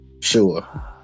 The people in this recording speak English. Sure